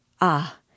Ah